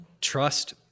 trust